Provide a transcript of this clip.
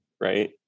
right